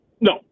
No